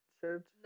shirt